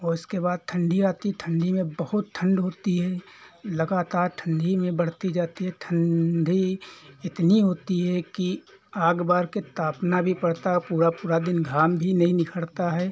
और इसके बाद ठंढी आती है ठंढी में बहुत ठंड होती है लगातार ठंढी में बढ़ती जाती है ठंढी इतनी होती है कि आग बार के तापना भी पड़ता है और पूरा पूरा दिन घाम भी नहीं निखरता है